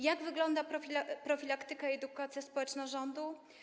Jak wygląda profilaktyka i edukacja społeczna rządu?